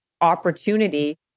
opportunity